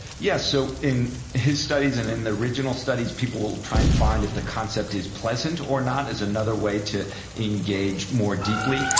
yes, so in his studies and in the original studies, people try and find if the concept is pleasant or not as another way to engage more deeply.